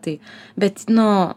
tai bet nu